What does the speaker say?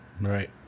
Right